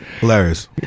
Hilarious